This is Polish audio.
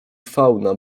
fauna